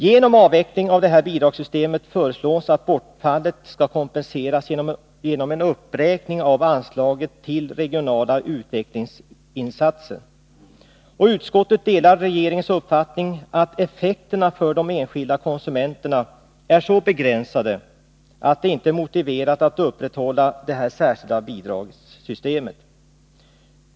Genom att det här bidragssystemet avvecklas föreslås att bortfallet kompenseras genom en uppräkning av anslaget till Regionala utvecklingsinsatser. Utskottet delar regeringens uppfattning att effekterna för de enskilda konsumenterna är så begränsade att det inte är motiverat att upprätthålla det här särskilda bidragssystemet.